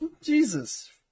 Jesus